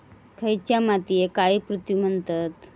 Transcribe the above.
खयच्या मातीयेक काळी पृथ्वी म्हणतत?